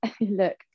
look